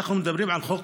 אנחנו מדברים על חוק